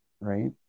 Right